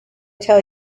tell